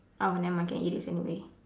oh never mind can erase anyway